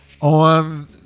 on